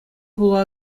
хула